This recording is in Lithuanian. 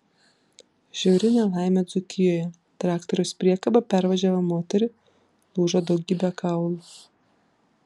žiauri nelaimė dzūkijoje traktoriaus priekaba pervažiavo moterį lūžo daugybė kaulų